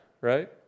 right